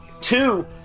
Two